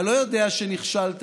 אתה לא יודע שנכשלת,